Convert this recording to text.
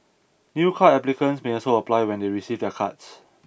new card applicants may also apply when they receive their cards